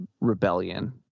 rebellion